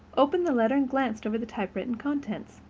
opened the letter and glanced over the typewritten contents.